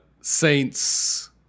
Saints